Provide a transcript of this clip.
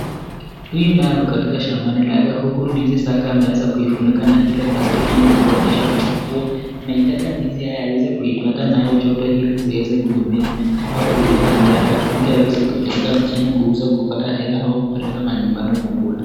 Huyu naye ako katika shambani lake huku ndizi zake ameweza kuifunika na ile plastiki ilikuonyesha kua anitaka ndizi aweze kuipata joto iliziweze kumea au kuiva haraka, iliaweze kuipeleka mjini kuuza kupata hela au kupeleka manyumbani kukula.